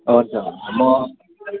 हन्छ हुन्छ म